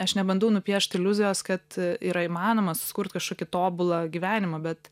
aš nebandau nupiešt iliuzijos kad yra įmanoma susikurt kažkokį tobulą gyvenimą bet